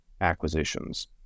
acquisitions